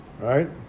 right